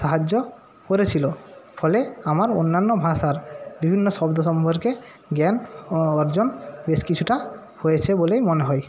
সাহায্য করেছিলো ফলে আমার অন্যান্য ভাষার বিভিন্ন শব্দ সম্পর্কে জ্ঞান অর্জন বেশ কিছুটা হয়েছে বলেই মনে হয়